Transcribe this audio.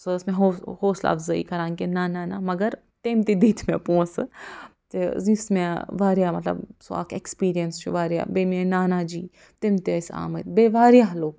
سۄ ٲسۍ مےٚ ہو حوصلہٕ افزٲیی کَران کہِ نہَ نہَ نہَ مگر تٔمۍ تہِ دِتۍ مےٚ پۄنٛسہ تہٕ یُس مےٚ واریاہ مطلب سُہ اَکھ ایکٕسپیٖرَنَس چھُ واریاہ بیٚیہِ میٛٲنۍ نانا جی تِم تہِ ٲسۍ آمٕتۍ بیٚیہِ واریاہ لُکھ